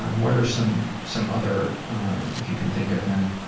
um what are some some other if you can think of them